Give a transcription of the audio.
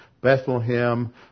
Bethlehem